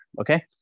Okay